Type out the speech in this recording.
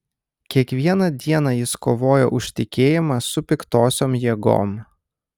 kiekvieną dieną jis kovojo už tikėjimą su piktosiom jėgom